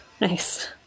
Nice